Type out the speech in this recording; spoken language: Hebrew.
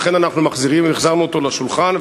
לכן אנחנו החזרנו אותו לשולחן,